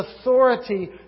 authority